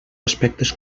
aspectes